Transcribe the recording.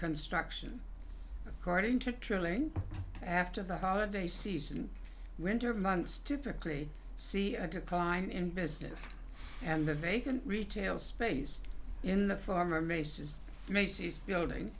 construction guarding to trolling after the holiday season winter months typically see a decline in business and the vacant retail space in the former maces macy's building